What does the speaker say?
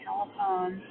Telephone